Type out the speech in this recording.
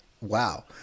wow